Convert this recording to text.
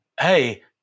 hey